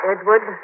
Edward